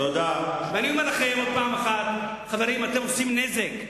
ואני אומר לכם עוד פעם: חברים, אתם עושים נזק.